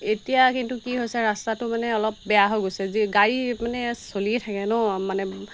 এতিয়া কিন্তু কি হৈছে ৰাস্তাটো মানে অলপ বেয়া হৈ গৈছে যি গাড়ী মানে চলিয়েই থাকে ন মানে